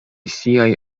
siaj